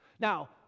Now